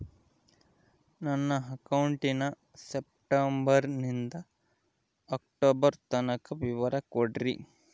ನನ್ನ ಅಕೌಂಟಿನ ಸೆಪ್ಟೆಂಬರನಿಂದ ಅಕ್ಟೋಬರ್ ತನಕ ವಿವರ ಕೊಡ್ರಿ?